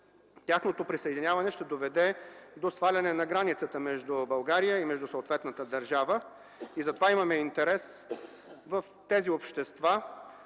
тяхното присъединяване ще допринесе до сваляне на границата между България и съответната страна. Затова имаме интерес в тези общества